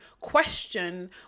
question